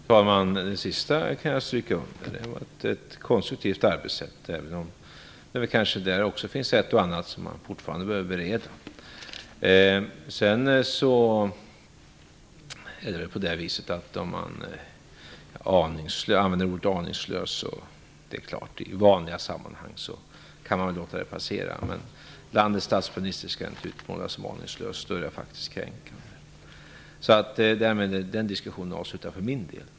Fru talman! Det sista kan jag stryka under på. Det var fråga om ett konstruktivt arbetssätt, även om det också där finns ett och annat som fortfarande behöver beredas. Det är klart att ordet aningslös i vanliga sammanhang väl kan få passera. Men landets statsminister skall inte utmålas som aningslös, för det är faktiskt kränkande. Därmed är den diskussionen avslutad för min del.